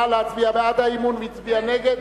להצביע בעד האי-אמון והצביעה נגד.